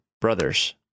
Brothers